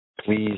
please